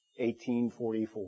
1844